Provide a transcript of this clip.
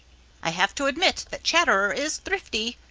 i have to admit that chatterer is thrifty,